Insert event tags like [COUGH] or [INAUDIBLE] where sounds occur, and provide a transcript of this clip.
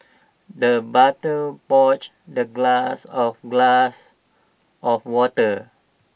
the butler [UNINTELLIGIBLE] the glass of glass of water